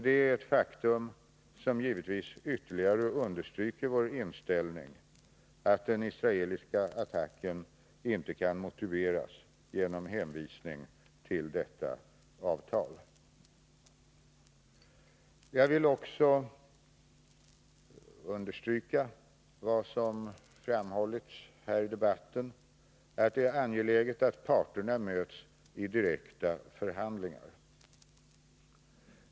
Det är ett faktum som givetvis ytterligare stärker oss i vår uppfattning att den israeliska attacken inte kan motiveras genom hänvisning till detta avtal. Jag vill också understryka att det är angeläget att parterna möts i direkta förhandlingar, vilket också framhållits tidigare här i debatten.